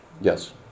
Yes